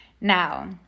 Now